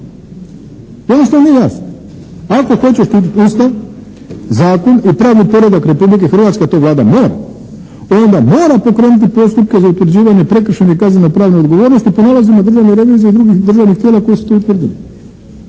Jednostavno nije jasno. Ako hoće štititi Ustav, zakon i pravni poredak Republike Hrvatske a to Vlada mora onda mora pokrenuti postupke za utvrđivanje prekršajne i kazneno-pravne odgovornosti po nalazima Državne revizije i drugih državnih tijela koji su to utvrdili.